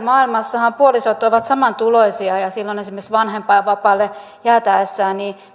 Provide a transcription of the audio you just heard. ideaalimaailmassahan puolisot ovat samantuloisia ja silloin esimerkiksi vanhempainvapaalle jäädessä